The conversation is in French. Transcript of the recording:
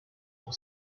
pour